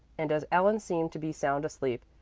and as helen seemed to be sound asleep,